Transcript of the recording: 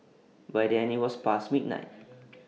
by then IT was past midnight